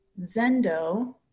Zendo